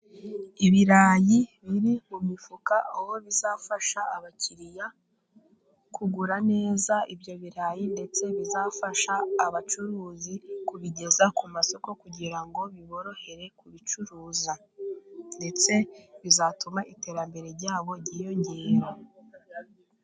Ibirayi biri mu mifuka aho bizafasha abakiriya kugura neza ibyo birarayi, ndetse bizafasha abacuruzi kubigeza ku masoko, kugira ngo biborohere kubicuruza. Ndetse bizatuma iterambere rya bo ryiyongera.